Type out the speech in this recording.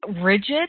rigid